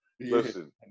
Listen